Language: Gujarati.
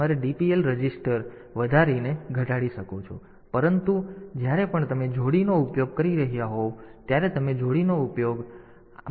તેથી તમે ડીપીએલને વધારીને ઘટાડી શકો છો પરંતુ જ્યારે પણ તમે જોડીનો ઉપયોગ કરી રહ્યાં હોવ ત્યારે તમે જોડીનો ઉપયોગ કરી રહ્યાં હોવ